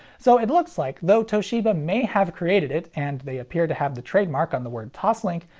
so it looks like, though toshiba may have created it and they appear to have the trademark on the word toslink,